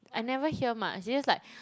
I never hear much is just like